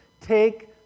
take